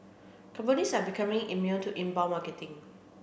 companies are becoming immune to inbound marketing